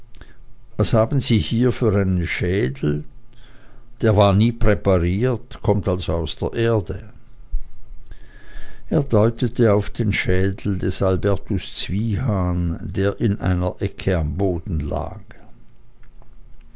was haben sie hier für einen schädel der war nie präpariert kommt also aus der erde er deutete auf den schädel des albertus zwiehan der in einer ecke am boden lag